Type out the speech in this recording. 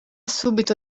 subito